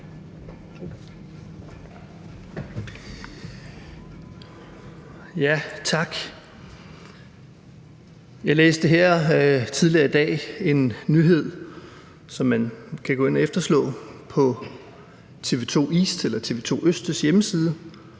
(V): Tak. Jeg læste her tidligere i dag en nyhed, som man kan gå ind og slå op på TV2 ØSTs hjemmeside: